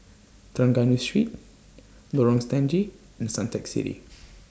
Trengganu Street Lorong Stangee and Suntec City